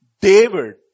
David